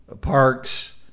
Parks